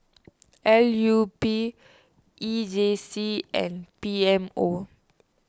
L U P E J C and P M O